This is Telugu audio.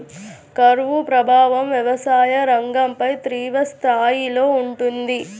కరువు ప్రభావం వ్యవసాయ రంగంపై తీవ్రస్థాయిలో ఉంటుంది